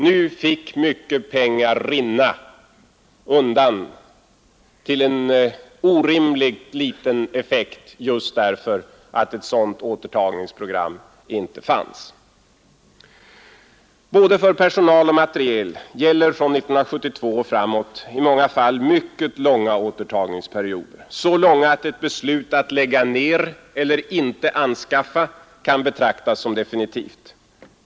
Nu fick mycket pengar rinna undan till en orimligt liten effekt just därför att ett sådant återtagningsprogram inte fanns. Både för personal och materiel gäller från 1972 i många fall mycket långa återtagningsperioder — så långa att beslut att lägga ned eller inte anskaffa kan betraktas som definitva.